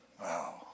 Wow